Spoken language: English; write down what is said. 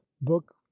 Book